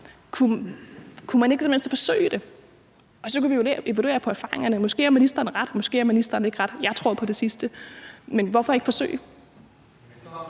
i det mindste forsøge det? Og så kunne vi evaluere på erfaringerne. Måske har ministeren ret, måske har ministeren ikke ret. Jeg tror på det sidste. Men hvorfor ikke forsøge